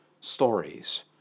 stories